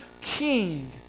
king